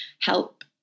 help